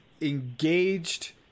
engaged